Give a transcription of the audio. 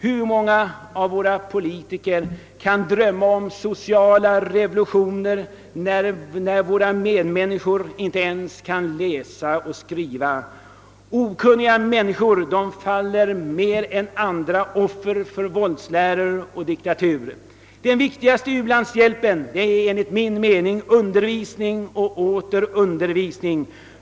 Hur kan våra politiker drömma om sociala revolutioner, när människorna inte kan läsa och skriva? Okunniga människor faller ju lättare än andra offer för våldsläror och diktaturer. Den viktigaste u-landshjälpen är enligt min mening undervisning och åter undervisning.